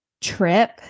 trip